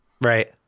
Right